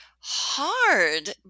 Hard